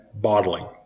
bottling